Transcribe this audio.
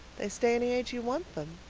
they stay any age you want them.